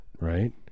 right